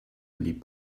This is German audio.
beliebt